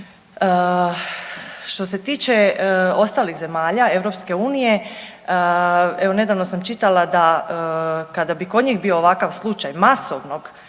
Što se tiče ostalih zemalja EU evo nedavno sam čitala da kada bi kod njih bio ovakav slučaj masovnog